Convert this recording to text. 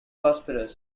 prosperous